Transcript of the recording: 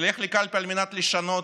נלך לקלפי על מנת לשנות,